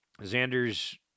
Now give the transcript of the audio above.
Xander's